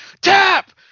tap